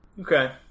Okay